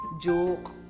joke